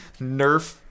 nerf